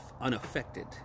unaffected